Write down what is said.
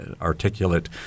articulate